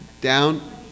down